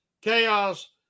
chaos